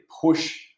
push